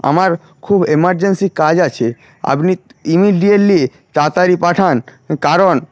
আমার খুব এমারজেন্সি কাজ আছে আপনি ইমিডিয়েটলি তাড়াতাড়ি পাঠান কারণ